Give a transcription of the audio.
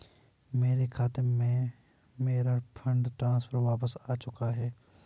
मेरे खाते में, मेरा फंड ट्रांसफर वापस आ चुका है